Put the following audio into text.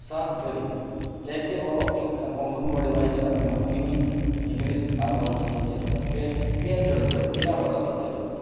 ᱥᱟᱛ ᱫᱷᱟᱹᱨᱤᱡ ᱮᱠ ᱮ ᱚᱞᱚᱜ ᱠᱮᱫ ᱠᱷᱟᱱ ᱚᱝᱜᱚᱱᱚᱣᱟᱲᱤ ᱵᱟᱭ ᱪᱟᱞᱟᱜ ᱠᱟᱱᱟ ᱩᱱᱤ ᱦᱚᱧ ᱤᱝᱞᱤᱥ ᱟᱨ ᱚᱞᱪᱤᱠᱤ ᱪᱮᱫ ᱫᱟ ᱯᱮ ᱯᱮ ᱫᱷᱟᱨᱛᱮ ᱯᱮᱭᱟ ᱦᱚᱨᱟᱛᱤᱧ ᱪᱟᱞᱟᱜ ᱠᱟᱱᱟ